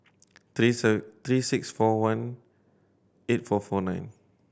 three six four one eight four four nine